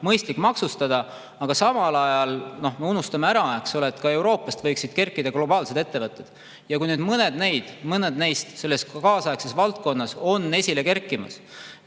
mõistlik maksustada. Samal ajal me unustame ära, et ka Euroopast võiksid kerkida globaalsed ettevõtted. Kui mõned firmad selles kaasaegses valdkonnas on esile kerkimas,